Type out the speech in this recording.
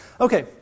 Okay